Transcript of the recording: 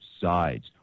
sides